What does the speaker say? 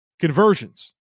conversions